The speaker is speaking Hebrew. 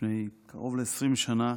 לפני קרוב ל-20 שנה